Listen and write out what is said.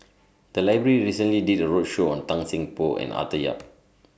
The Library recently did A roadshow on Tan Seng Poh and Arthur Yap